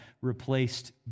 replaced